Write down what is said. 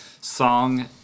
song